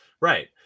Right